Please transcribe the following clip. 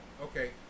Okay